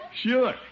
Sure